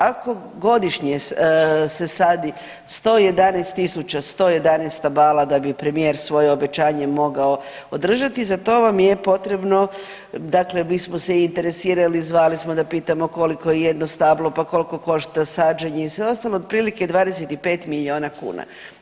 Ako godišnje se sadi 111 111 stabala da bi premijer svoje obećanje mogao održati, za to vam je potrebno dakle mi smo se interesirali, zvali smo da pitamo koliko je jedno stablo, pa koliko košta sađenje i sve ostalo, otprilike 25 milijuna kuna.